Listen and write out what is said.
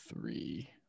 three